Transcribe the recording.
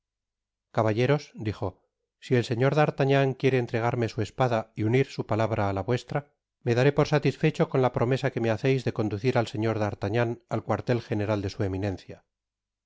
caballeros dijo si el señor d'ariagnan quiere entregarme su espada y unir su palabra á la vuestra me daré por satisfecho con la promesa que me haceis de conducir al señor d'artagnan al cuartel general de su eminencia